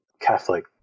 catholic